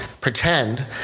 pretend